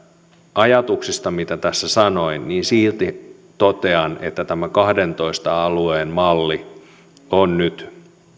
ajatuksiin mitä tässä sanoin totean että tämä kahdeksaantoista alueen malli on silti nyt